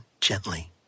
gently